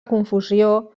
confusió